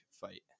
fight